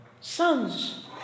Sons